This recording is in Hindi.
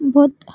बहुत